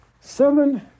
seven